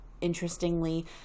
interestingly